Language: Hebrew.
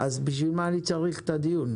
אז בשביל מה אני צריך את הדיון?